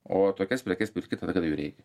o tokias prekes perki tada kada jų reikia